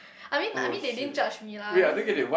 I mean I mean they didn't judge me lah I mean